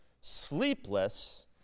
sleepless